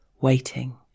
Waiting